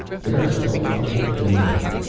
theirs was a logic of the moment.